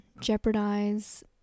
jeopardize